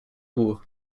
who